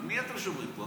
על מי אתם שומרים פה?